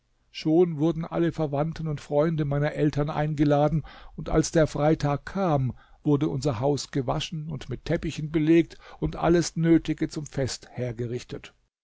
schon wurden alle verwandten und freunde meiner eltern eingeladen und als der freitag kam wurde unser haus gewaschen und mit teppichen belegt und alles nötige zum fest hergerichtet